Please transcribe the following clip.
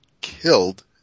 killed